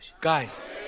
guys